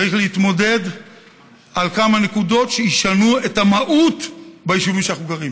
צריך להתמודד על כמה נקודות שישנו את המהות ביישובים שאנחנו גרים